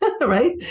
right